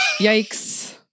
Yikes